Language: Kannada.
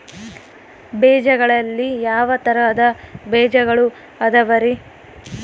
ಬೇಜಗಳಲ್ಲಿ ಯಾವ ತರಹದ ಬೇಜಗಳು ಅದವರಿ?